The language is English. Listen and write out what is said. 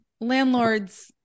Landlords